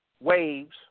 waves